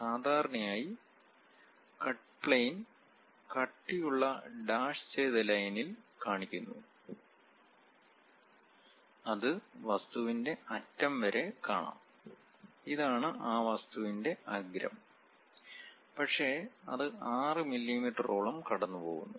സാധാരണയായി cut plane കട്ടിയുള്ള dash ചെയ്ത ലൈനിൽ കാണിക്കുന്നു അത് വസ്തുവിന്റെ അറ്റം വരെ കാണാം ഇതാണ് ആ വസ്തുവിന്റെ അഗ്രം പക്ഷേ അത് 6 മില്ലീമീറ്ററോളം കടന്നുപോകുന്നു